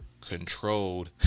controlled